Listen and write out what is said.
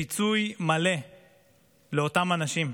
לפיצוי מלא לאותם אנשים.